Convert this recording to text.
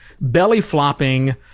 belly-flopping